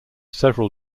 several